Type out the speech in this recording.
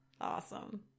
Awesome